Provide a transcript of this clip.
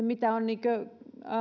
mitä on